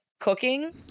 cooking